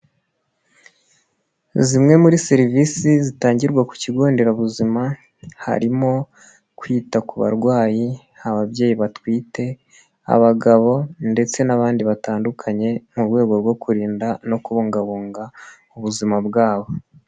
Zimwe muri serivisi zitangirwa ku kigo nderabuzima harimo kwita ku barwayi, ababyeyi batwite, abagabo ndetse n'abandi batandukanye mu rwego rwo kurinda no kubungabunga ubuzima bwabo.